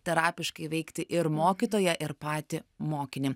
terapiškai veikti ir mokytoją ir patį mokinį